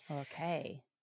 Okay